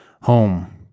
Home